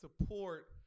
support